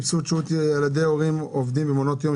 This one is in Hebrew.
סבסוד שהות ילדי הורים עובדים במעונות יום,